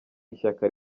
ishyaka